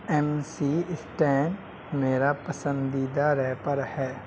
M C Stan میرا پسندیدہ rapper ہے